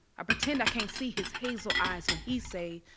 pretend i can't see his hazel eyes when he say,